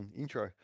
intro